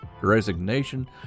resignation